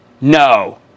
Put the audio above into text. No